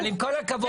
אבל עם כל הכבוד,